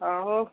ହଁ ହଉ